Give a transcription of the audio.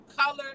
color